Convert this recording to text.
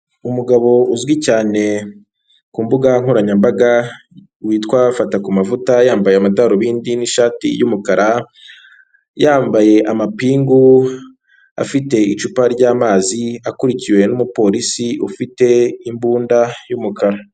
Umugabo uzwi cyane ku mbuga nkoranyambaga witwa Fatakumavuta, yambaye amadarubindi n'ishati y'umukara, yambaye amapingu, afite icupa ry'amazi akurikiwe n'umupolisi, ufite imbunda y'umukara.